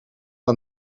aan